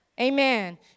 Amen